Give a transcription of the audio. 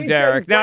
Derek